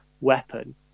weapon